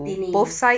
tini